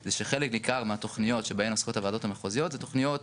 זה שחלק ניכר מהתוכניות שבהן עוסקות הוועדות המחוזיות זה תוכניות